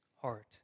heart